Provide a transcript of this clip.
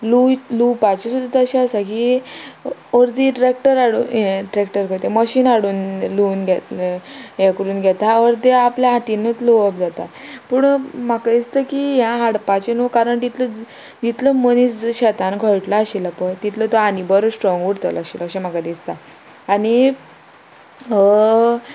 लूंय लुंवपाचें सुद्दां तशें आसा की की अर्दे ट्रॅक्टर हाडून हे ट्रॅक्टर खंय ते मशीन हाडून लुंवन घेता हे करून घेता ऑर ते आपल्या हातीनूच लुंवप जाता पूण म्हाका दिसता की हें हाडपाचें न्हू कारण तितलो जितलो मनीस शेतान घोळटलो आशिल्लो पय तितलो तो आनी बरो स्ट्रोंग उरतलो आशिल्लो अशें म्हाका दिसता आनी